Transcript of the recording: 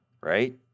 right